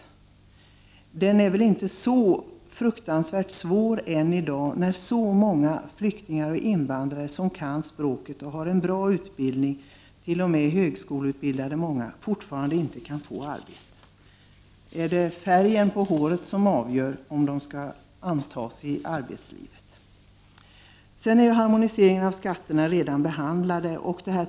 Men arbetskraftsbristen är väl ändå inte så fruktansvärt svår i dag när många flyktingar och invandrare, som kan vårt språk och har en bra utbildning — många är t.o.m. högskoleutbildade —, fortfarande inte kan få arbete. Är det färgen på håret som avgör, om en människa skall få komma in på arbetsmarknaden? Frågan om harmonisering av skatterna har redan behandlats.